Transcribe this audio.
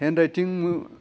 hand राइथिं